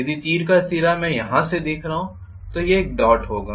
यदि तीर का सिर मैं यहाँ से देख रहा हूँ तो यह एक डॉट होगा